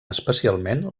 especialment